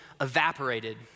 evaporated